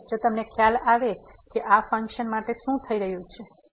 તેથી હવે જો તમને ખ્યાલ આવે કે હવે આ ફન્કશન માટે શું થઈ રહ્યું છે